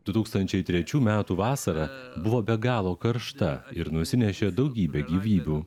du tūkstančiai trečių metų vasara buvo be galo karšta ir nusinešė daugybę gyvybių